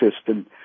system